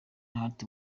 hart